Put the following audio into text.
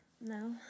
No